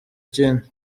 ikindi